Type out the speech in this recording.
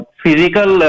physical